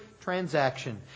transaction